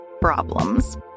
problems